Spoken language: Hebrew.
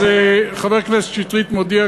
אז חבר הכנסת שטרית מודיע,